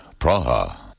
Praha